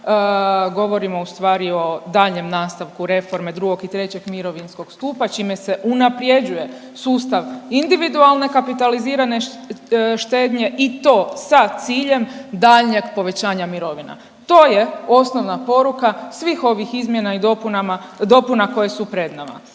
govorimo u stvari o daljnjem nastavku reforme 2. i 3. mirovinskog stupa čime se unaprjeđuje sustav individualne kapitalizirane štednje i to sa ciljem daljnjeg povećanja mirovina. To je osnovna poruka svih ovih izmjena i dopuna koje su pred nama.